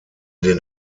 den